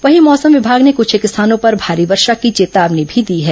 वहीं मौसम विभाग ने कुछेक स्थानों पर भारी वर्षा की चेतावनी भी दी है